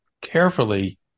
carefully